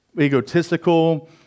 egotistical